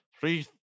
Three